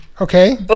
Okay